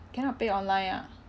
cannot pay online ah